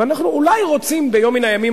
ואנחנו אולי רוצים ביום מן הימים,